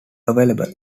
available